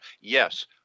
yes